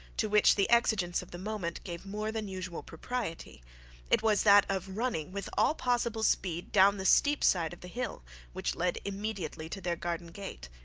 to which the exigence of the moment gave more than usual propriety it was that of running with all possible speed down the steep side of the hill which led immediately to their garden gate.